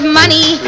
money